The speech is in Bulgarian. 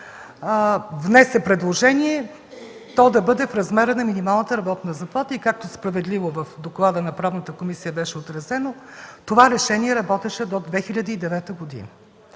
внесе предложение то да бъде в размер на минималната работна заплата и както справедливо в доклада на Правната комисия бе отразено, това решение работеше до 2009 г.